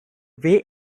way